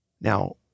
Now